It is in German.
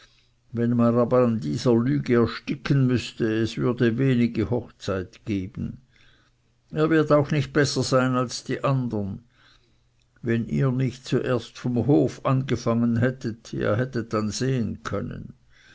wenn man aber an dieser lüge ersticken müßte es würde wenige hochzeit geben er wird auch nicht besser sein als die andern wenn ihr nicht zuerst vom hof angefangen hättet ihr hättet dann sehen können